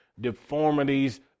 deformities